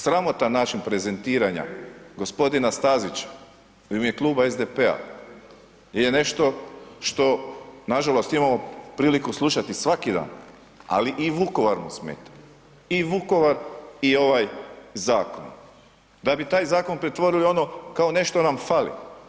Sramotan način prezentiranja g. Stazića u ime Kluba SDP-a je nešto što nažalost imamo priliku slušati svaki dan, ali i Vukovar mu smeta i Vukovar i ovaj zakon da bi taj zakon pretvorili u ono kao nešto nam fali.